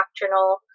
doctrinal